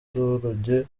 abaturage